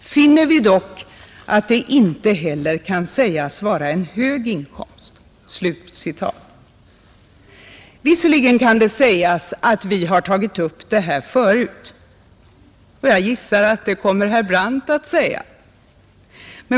finner vi dock att det inte heller kan sägas vara en hög inkomst.” Visserligen kan det sägas att vi har tagit upp detta förut — jag gissar att herr Brandt kommer att säga det.